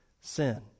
sin